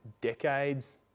decades